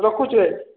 ରଖୁଛି ଭାଇ